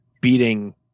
beating